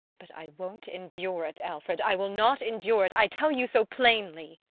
but i won't endure it, alfred! i will not endure it i tell you so plainly!